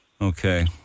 Okay